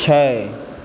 छै